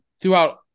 Throughout